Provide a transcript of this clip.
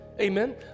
Amen